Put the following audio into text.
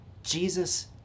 Jesus